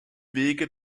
wege